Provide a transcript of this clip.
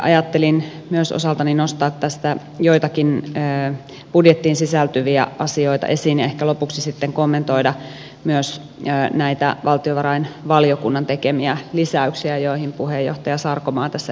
ajattelin osaltani nostaa tästä joitakin budjettiin sisältyviä asioita esiin ja ehkä lopuksi sitten kommentoida myös näitä valtiovarainvaliokunnan tekemiä lisäyksiä joihin puheenjohtaja sarkomaa tässä esittelyssään keskittyi